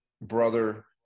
brother